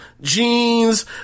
jeans